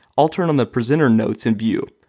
i'll turn on the presenter notes in view.